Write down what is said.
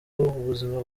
ubuzima